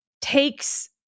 takes